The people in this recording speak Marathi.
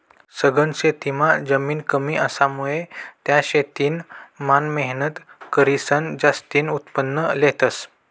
सघन शेतीमां जमीन कमी असामुये त्या जमीन मान मेहनत करीसन जास्तीन उत्पन्न लेतस